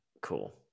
Cool